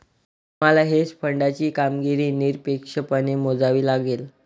तुम्हाला हेज फंडाची कामगिरी निरपेक्षपणे मोजावी लागेल